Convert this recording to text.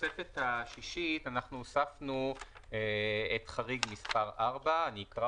בתוספת השישית אנחנו הוספנו את חריג מספר 4. אני אקרא